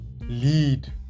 lead